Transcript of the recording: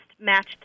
matched